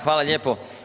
Hvala lijepo.